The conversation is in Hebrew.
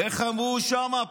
איך אמרו שם?